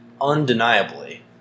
undeniably